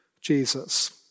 Jesus